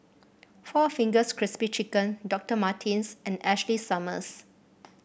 four Fingers Crispy Chicken Doctor Martens and Ashley Summers